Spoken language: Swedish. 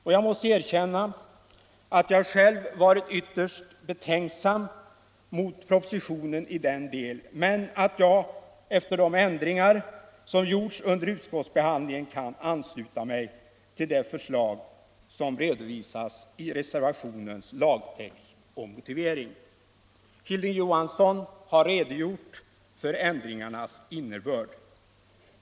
Jag måste erkänna att jag själv var ytterst betänksam mot propositionen i den delen. Men efter de ändringar som gjorts under utskottsbehandlingen kan jag ansluta mig till det förslag som redovisas i reservationens lagtext och motivering. Herr Johansson i Trollhättan har redogjort för ändringarnas innebörd.